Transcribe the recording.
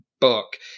book